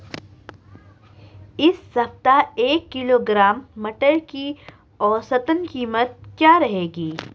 इस सप्ताह एक किलोग्राम मटर की औसतन कीमत क्या रहेगी?